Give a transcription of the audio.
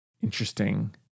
interesting